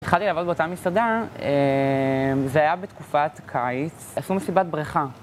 התחלתי לעבוד באותה מסעדה, זה היה בתקופת קיץ. עשו מסיבת בריכה.